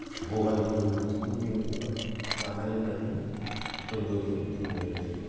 भगालि बिहु होननानैबो बुङो एबा जानाय लोंनायनि फोरबोबो जों बुंनाय जायो